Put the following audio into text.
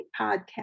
podcast